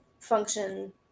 function